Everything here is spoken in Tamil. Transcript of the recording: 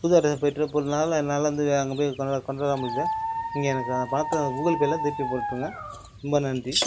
புது அட்ரஸில் பெற்று கொண்டனால் என்னால் வந்து அங்கே போய் கொண்டாட முடியல நீங்கள் எனக்கு அந்த பணத்தை கூகுள் பேயில் திருப்பி போட்டுருங்க ரொம்ப நன்றி